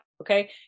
Okay